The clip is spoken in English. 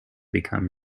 become